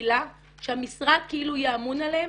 בקהילה שהמשרד כאילו יהיה אמון עליהם